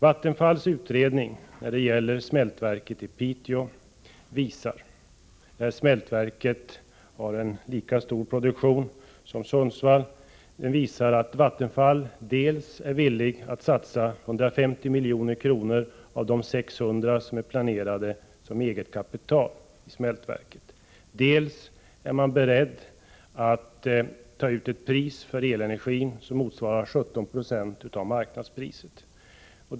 Vattenfalls utredning beträffande ett smältverk i Piteå — där smältverket skulle ha lika stor produktion som i Sundsvall — visar att Vattenfall dels är villigt att satsa 150 milj.kr. av de 600 milj.kr. som är planerade som eget kapital för smältverket, dels är berett att ta ut ett pris för elenergin som motsvarar 17 Zo av marknadspriset.